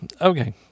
Okay